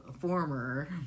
former